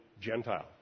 Gentile